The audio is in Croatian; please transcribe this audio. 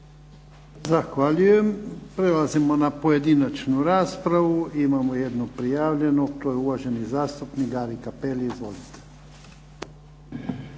Zahvaljujem. Prelazimo na pojedinačnu raspravu. Imamo jednu prijavljenu. Uvaženi zastupnik Gari Cappelli. Izvolite.